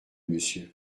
monsieur